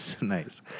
Nice